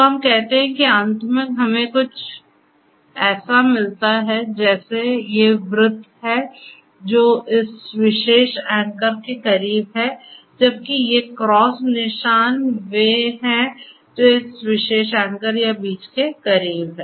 तो हम कहते हैं कि अंत में हमें ऐसा कुछ मिलता है जैसे ये वृत्त हैं जो इस विशेष एंकर के करीब हैं जबकि ये क्रॉस निशान वे हैं जो इस विशेष एंकर या बीज के करीब हैं